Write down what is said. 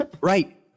right